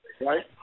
right